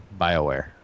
Bioware